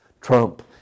Trump